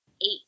eight